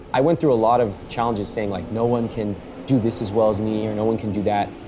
i went through a lot of challenges saying like no one can do this as well as me or no one can do that.